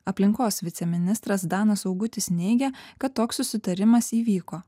aplinkos viceministras danas augutis neigia kad toks susitarimas įvyko